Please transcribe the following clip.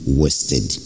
wasted